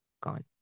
Gone